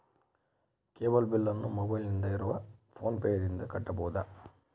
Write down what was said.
Cable ಬಿಲ್ಲನ್ನು ಮೊಬೈಲಿನಲ್ಲಿ ಇರುವ ಫೋನ್ ಪೇನಿಂದ ಕಟ್ಟಬಹುದಾ?